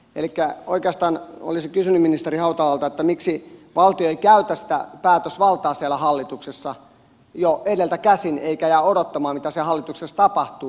elikkä oikeastaan olisin kysynyt ministeri hautalalta miksi valtio ei käytä sitä päätösvaltaa siellä hallituksessa jo edeltä käsin vaan jää odottamaan mitä siellä hallituksessa tapahtuu